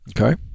Okay